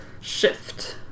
Shift